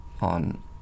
on